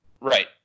Right